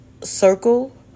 Circle